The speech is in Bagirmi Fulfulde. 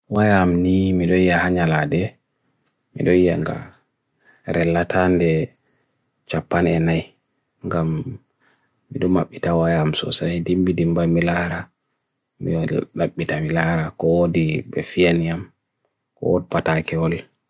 wayam ni mido ia hanyalade mido ia nga relatan de japane nai ngam mido mapita wayam so say dimbi dimba milahara mido mapita milahara koodi befianiam kood pataike oli